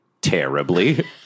terribly